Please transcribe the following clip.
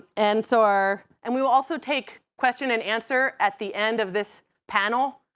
and so our and we will also take question and answer at the end of this panel.